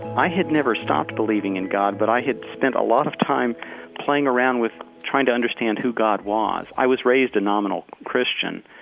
i had never stopped believing in god, but i had spent a lot of time playing around with trying to understand who god was. i was raised a nominal christian,